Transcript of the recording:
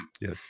yes